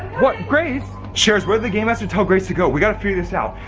what, grace? sharers, where'd the game master tell grace to go? we gotta figure this out.